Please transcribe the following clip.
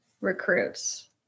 recruits